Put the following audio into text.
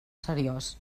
seriós